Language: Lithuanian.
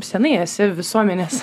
senai esi visuomenės